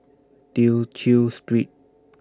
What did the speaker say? Tew Chew Street